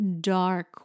dark